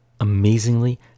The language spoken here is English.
Amazingly